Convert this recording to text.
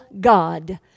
God